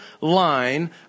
line